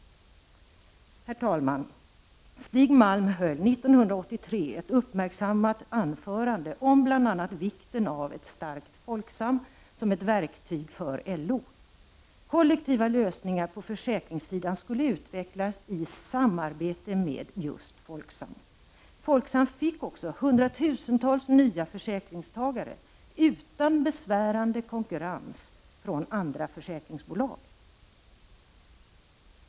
Herr talman! Stig Malm höll 1983 ett uppmärksammat anförande om bl.a. vikten av ett starkt Folksam som ett verktyg för LO. Kollektiva lösningar på försäkringssidan skulle utvecklas i samarbete med just Folksam. Folksam fick också hundratusentals nya försäkringstagare utan besvärande konkurrens från andra försäkringsbolag.